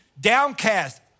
downcast